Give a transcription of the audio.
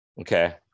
Okay